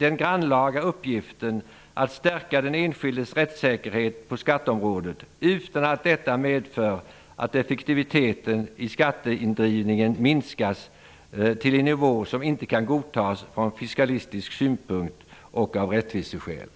den grannlaga uppgiften att stärka den enskildes rättssäkerhet på skatteområdet utan att detta medför att effektiviteten i skatteindrivningen minskas till en nivå, som inte kan godtas från fiskalistisk synpunkt och av rättviseskäl.